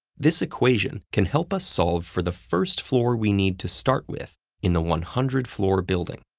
this equation can help us solve for the first floor we need to start with in the one hundred floor building.